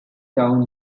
town